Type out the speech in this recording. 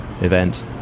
event